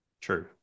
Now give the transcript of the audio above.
True